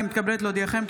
אני מתכבדת להודיעכם,